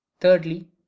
Thirdly